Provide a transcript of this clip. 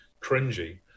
cringy